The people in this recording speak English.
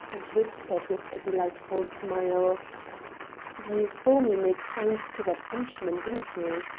and whispered with a delightful smile you saw me make signs to that frenchman, didn't you?